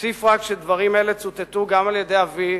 אוסיף רק שדברים אלה צוטטו גם על-ידי אבי,